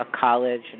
college